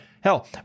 Hell